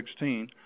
2016